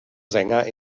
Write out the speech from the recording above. sänger